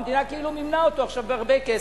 המדינה כאילו מימנה אותו עכשיו בהרבה כסף.